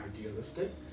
idealistic